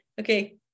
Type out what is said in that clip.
Okay